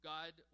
God